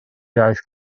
iaith